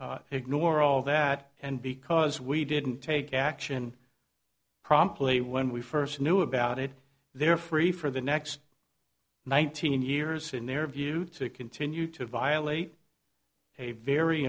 that ignore all that and because we didn't take action promptly when we first knew about it they are free for the next nineteen years in their view to continue to violate a very